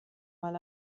mal